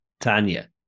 Tanya